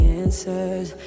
answers